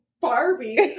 Barbie